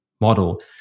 model